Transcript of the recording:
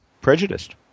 prejudiced